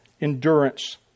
endurance